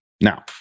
Now